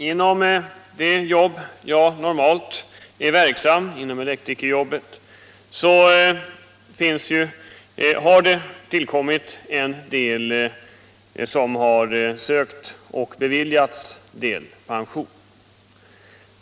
Inom det jobb där jag normalt är verksam, elektrikerjobbet, har en del sökt och beviljats delpension.